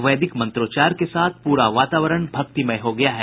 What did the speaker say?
वैदिक मंत्रोच्चार के साथ पूरा वातावरण भक्तिमय हो गया है